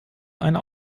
eine